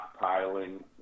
stockpiling